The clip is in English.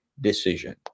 decision